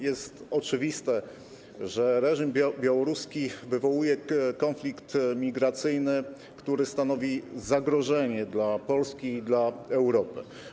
Jest oczywiste, że reżim białoruski wywołuje konflikt migracyjny, który stanowi zagrożenie dla Polski i dla Europy.